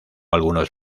algunos